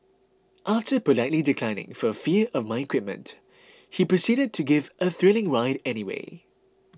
after politely declining for fear of my equipment he proceeded to give a thrilling ride anyway